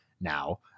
Now